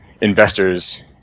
investors